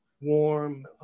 warm